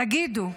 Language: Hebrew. תגידו,